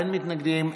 אין מתנגדים,